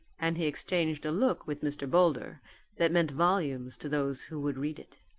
and he exchanged a look with mr. boulder that meant volumes to those who would read it.